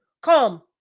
come